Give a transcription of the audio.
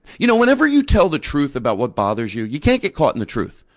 you know, whenever you tell the truth about what bothers you, you can't get caught in the truth.